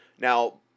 Now